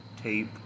tape